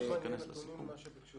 כמה זמן יהיה נתונים על מה שביקשו,